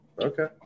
okay